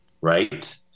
right